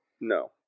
No